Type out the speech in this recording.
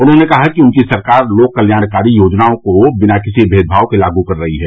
उन्होंने कहा कि उनकी सरकार लोक कल्याणकारी योजनाओं को बिना किसी मेदभाव के लागू कर रही है